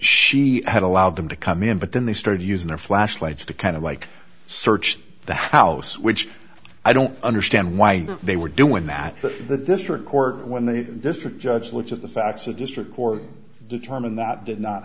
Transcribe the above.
she had allowed them to come in but then they started using their flashlights to kind of like search the house which i don't understand why they were doing that but the district court when the district judge looked at the facts a district court determined that did not